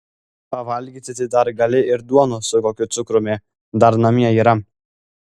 pavalgyti tai dar gali ir duonos su kokiu cukrumi dar namie yra